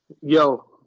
yo